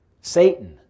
Satan